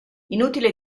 inutile